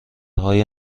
های